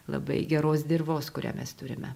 labai geros dirvos kurią mes turime